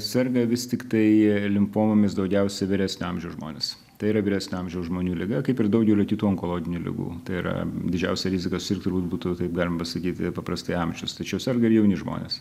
serga vis tiktai limfomomis daugiausiai vyresnio amžiaus žmonės tai yra vyresnio amžiaus žmonių liga kaip ir daugelių kitų onkologinių ligų tai yra didžiausia rizikos ir turbūt būtų taip galima sakyti paprastai amžius tačiau serga ir jauni žmonės